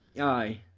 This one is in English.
Aye